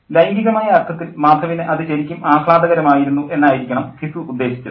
ലൈംഗികമായ അർത്ഥത്തിൽ മാധവിന് അത് ശരിക്കും ആഹ്ളാദകരമായിരുന്നു എന്നായിരിക്കണം ഘിസു ഉദ്ദേശിച്ചത്